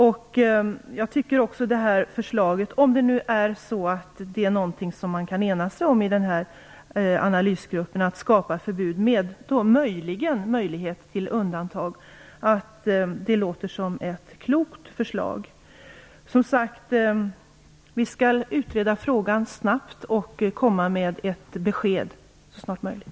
Om man i analysgruppen kan ena sig om att skapa förbud med möjlighet till undantag, låter det som ett klokt förslag. Som sagt, vi skall utreda frågan snabbt och komma med ett besked så snart som möjligt.